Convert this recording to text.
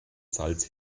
salz